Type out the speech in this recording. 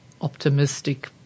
optimistic